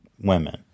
women